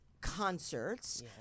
concerts